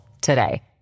today